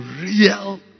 Real